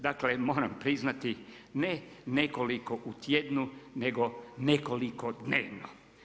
Dakle, moram priznati, ne nekoliko u tjednu, nego nekoliko dnevno.